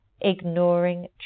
Ignoring